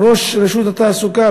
ראש רשות התעסוקה,